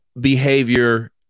behavior